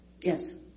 Yes